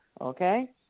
okay